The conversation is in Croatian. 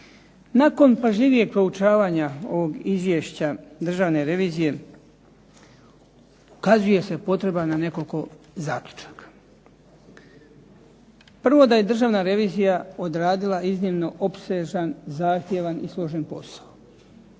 Nakon pažljivijeg proučavanja ovog izvješća Državne revizije ukazuje se potreba na nekoliko zaključaka. Prvo, da je Državna revizija odradila iznimno opsežan, zahtjevan i složen posao